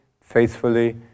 faithfully